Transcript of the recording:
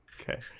Okay